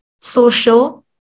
social